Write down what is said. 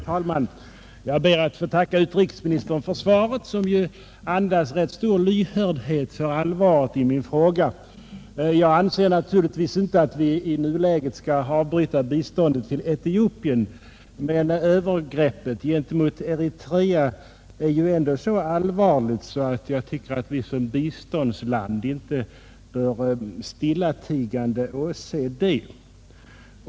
Herr talman! Jag ber att få tacka utrikesministern för svaret, som ju andas rätt stor lyhördhet för allvaret i min fråga. Jag anser naturligtvis inte att vi i nuläget skall avbryta biståndet till Etiopien, men övergreppet mot Eritrea är ändå så allvarligt, att Sverige som biståndsland inte bör stillatigande åse det.